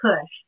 push